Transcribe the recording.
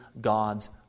God's